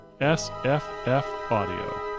sffaudio